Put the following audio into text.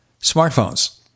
smartphones